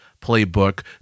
playbook